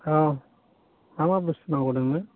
औ मा मा बुस्थु नांगौ नोंनो